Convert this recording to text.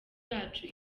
yacu